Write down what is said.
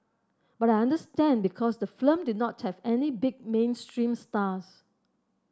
but I understand because the film did not have any big mainstream stars